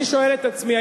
אני שואל את עצמי,